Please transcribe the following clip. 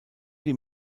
die